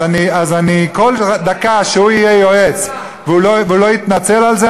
אז כל דקה שהוא יהיה יועץ והוא לא יתנצל על זה,